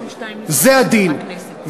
זה הדין.